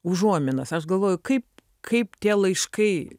užuominas aš galvoju kaip kaip tie laiškai